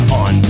on